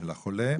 של החולה,